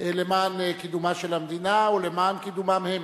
למען קידומה של המדינה ולמען קידומם הם.